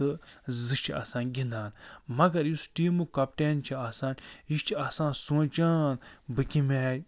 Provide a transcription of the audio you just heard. تہٕ زٕ چھِ آسان گِنٛدان مگر یُس ٹیٖمُک کپٹین چھُ آسان یہِ چھُ آسان سونٛچان بہٕ کٔمہِ آیہِ